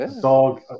dog